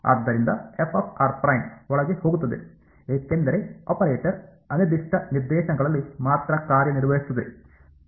ಆದ್ದರಿಂದ ಒಳಗೆ ಹೋಗುತ್ತದೆ ಏಕೆಂದರೆ ಆಪರೇಟರ್ ಅನಿರ್ದಿಷ್ಟ ನಿರ್ದೇಶಾಂಕಗಳಲ್ಲಿ ಮಾತ್ರ ಕಾರ್ಯನಿರ್ವಹಿಸುತ್ತದೆ